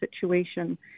situation